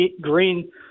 Green